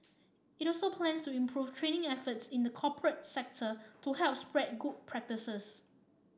it also plans to improve training efforts in the corporate sector to help spread good practices